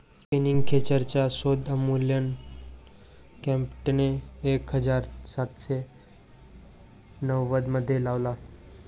spinning खेचरचा शोध Samuel क्रॉम्प्टनने एक हजार सातशे नव्वदमध्ये लावला